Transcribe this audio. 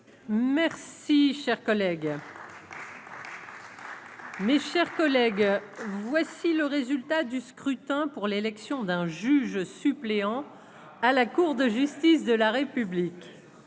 Merci, cher collègue. Mes chers collègues. Si le résultat du scrutin pour l'élection d'un juge suppléant à la Cour de justice de la République,